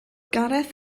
gareth